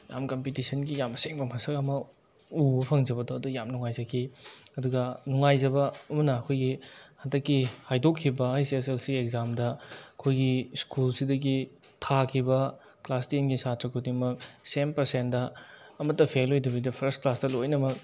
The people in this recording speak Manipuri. ꯌꯥꯝ ꯀꯝꯄꯤꯇꯤꯁꯟꯒꯤ ꯌꯥꯝ ꯑꯁꯦꯡꯕ ꯃꯁꯛ ꯑꯃ ꯎꯕ ꯐꯪꯖꯕꯗꯣ ꯑꯗꯣ ꯌꯥꯝ ꯅꯨꯡꯉꯥꯏꯖꯈꯤ ꯑꯗꯨꯒ ꯅꯨꯡꯉꯥꯏꯖꯕ ꯑꯃꯅ ꯑꯩꯈꯣꯏꯒꯤ ꯍꯟꯗꯛꯀꯤ ꯍꯥꯏꯗꯣꯛꯈꯤꯕ ꯑꯩꯁ ꯑꯦꯁ ꯑꯦꯜ ꯁꯤ ꯑꯦꯛꯖꯥꯝꯗ ꯑꯩꯈꯣꯏꯒꯤ ꯁ꯭ꯀꯨꯜꯁꯤꯗꯒꯤ ꯊꯥꯈꯤꯕ ꯀ꯭ꯂꯥꯁ ꯇꯦꯟꯒꯤ ꯁꯥꯇ꯭ꯔ ꯈꯨꯗꯤꯡꯃꯛ ꯁꯦꯝ ꯄꯥꯔꯁꯦꯟꯗ ꯑꯃꯇ ꯐꯦꯜ ꯑꯣꯏꯗꯕꯤꯗ ꯐꯔꯁ ꯀ꯭ꯂꯥꯁꯇ ꯂꯣꯏꯅꯃꯛ